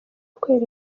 kwera